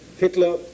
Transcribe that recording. Hitler